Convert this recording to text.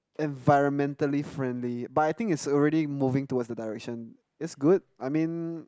environmentally friendly but I think it's already moving to the direction it's good I mean